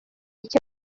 icye